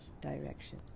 Direction